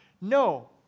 No